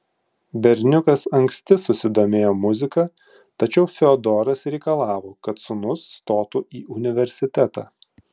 berniukas anksti susidomėjo muzika tačiau fiodoras reikalavo kad sūnus stotų į universitetą